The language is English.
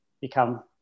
become